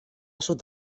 sud